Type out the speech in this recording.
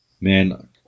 man